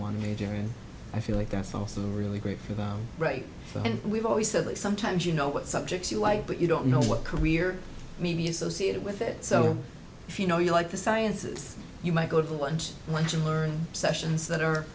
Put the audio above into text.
want to major in i feel like that's also really great for them right now and we've always said that sometimes you know what subjects you like but you don't know what career may be associated with it so if you know you like the sciences you might go to lunch once in learn sessions that